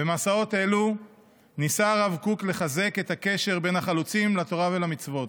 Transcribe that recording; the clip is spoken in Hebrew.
במסעות אלו ניסה הרב קוק לחזק את הקשר בין החלוצים לתורה ולמצוות.